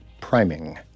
priming